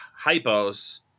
hypos